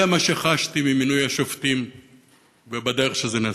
זה מה שחשתי ממינוי השופטים ומהדרך שבה זה נעשה.